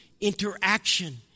interaction